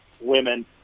women